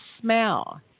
smell